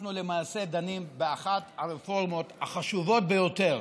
אנחנו דנים באחת הרפורמות החשובות ביותר